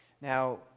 now